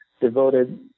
devoted